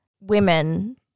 women